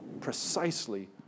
precisely